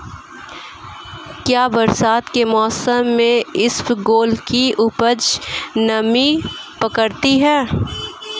क्या बरसात के मौसम में इसबगोल की उपज नमी पकड़ती है?